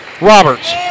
Roberts